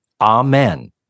Amen